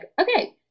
okay